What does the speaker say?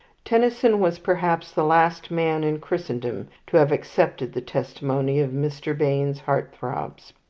tennyson was perhaps the last man in christendom to have accepted the testimony of mr. bayne's heart-throbs.